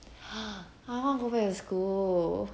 ha I want to go back to school